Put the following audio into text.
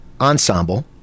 ensemble